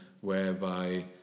whereby